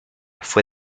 fue